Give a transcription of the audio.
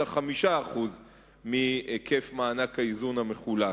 אלא 5% מהיקף מענק האיזון המחולק.